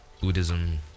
Buddhism